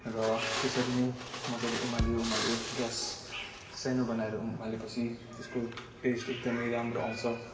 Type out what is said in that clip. र त्यसरी नै मजाले उमाल्यो उमाल्यो ग्यास सानो बनाएर उमाल्योपछि त्यसको टेस्ट एकदमै राम्रो आउँछ